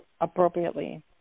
appropriately